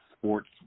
sports